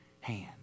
hand